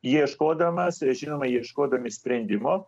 ieškodamas žinoma ieškodami sprendimo